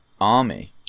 army